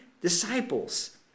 disciples